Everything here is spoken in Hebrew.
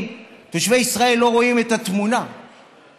תושבי ישראל לא רואים את התמונה והיער.